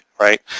right